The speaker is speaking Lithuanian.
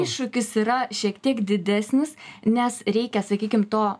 iššūkis yra šiek tiek didesnis nes reikia sakykim to